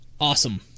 Awesome